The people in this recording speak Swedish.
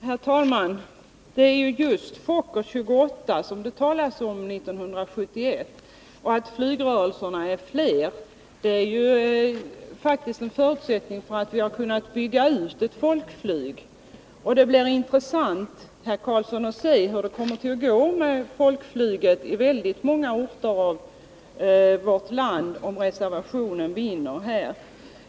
Herr talman! Det var just Fokker F-28 som man diskuterade 1971. Att flygrörelserna blivit fler har ju faktiskt varit en förutsättning för att vi har kunnat bygga ut ett folkflyg. Det blir intressant, herr Karlsson, att se hur det kommer att gå med folkflyget och hur utvecklingen kommer att bli i väldigt många orter i vårt land om reservationen bifalles.